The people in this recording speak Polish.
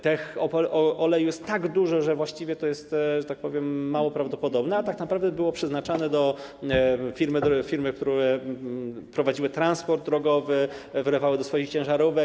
Tego oleju jest tak dużo, że właściwie to jest - że tak powiem - mało prawdopodobne, a tak naprawdę był on przeznaczany dla firm, które prowadziły transport drogowy, wlewały do swoich ciężarówek.